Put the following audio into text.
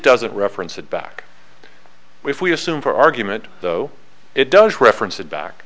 doesn't reference it back if we assume for argument though it does reference that back